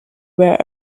were